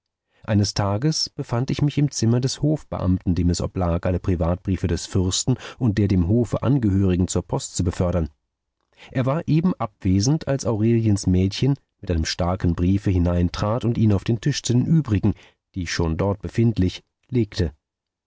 eines tages befand ich mich im zimmer des hofbeamten dem es oblag alle privatbriefe des fürsten und der dem hofe angehörigen zur post zu befördern er war eben abwesend als aureliens mädchen mit einem starken briefe hineintrat und ihn auf den tisch zu den übrigen die schon dort befindlich legte